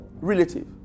relative